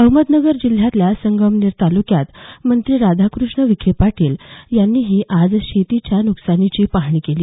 अहमदनगर जिल्ह्यातल्या संगमनेर तालुक्यात मंत्री राधाकृष्ण विखे पाटील यांनीही आज शेतीच्या नुकसानीची पाहणी केली